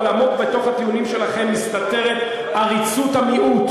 אבל עמוק בתוך הטיעונים שלכם מסתתרת עריצות המיעוט.